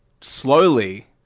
slowly